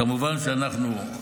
כמובן שאנחנו,